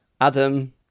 adam